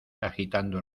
agitando